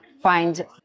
find